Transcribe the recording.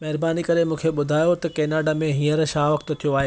महिरबानी करे मूंखे ॿुधायो त कैनेडा में हींअर छा वक़्तु थियो आहे